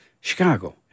Chicago